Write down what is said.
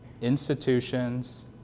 institutions